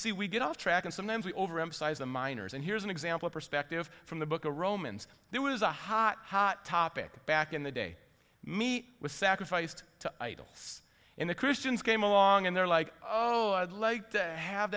so we get off track and sometimes we overemphasize the miners and here's an example perspective from the book of romans there was a hot hot topic back in the day me was sacrificed to idols in the christians came along and they're like oh i'd like to have